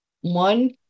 one